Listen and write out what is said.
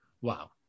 Wow